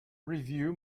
review